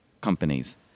companies